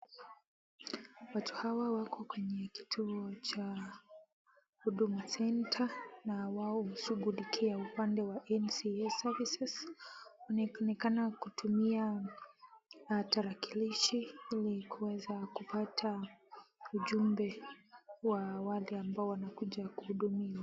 Watu hawa wako kwenye kituo cha Huduma Center na wao hushughulikia upande wa NCA Services . Unaonekana kutumia tarakilishi ili kuweza kupata ujumbe wa wale ambao wanakuja kuhudumiwa.